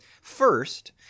First